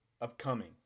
upcoming